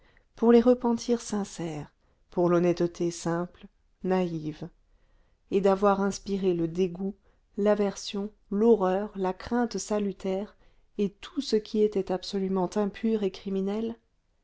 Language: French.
pour les repentirs sincères pour l'honnêteté simple naïve et d'avoir inspiré le dégoût l'aversion l'horreur la crainte salutaire et tout ce qui était absolument impur et criminel